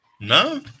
No